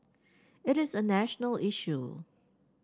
it is a national issue